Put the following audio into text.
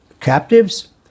captives